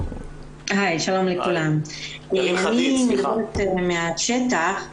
אני מדברת מהשטח.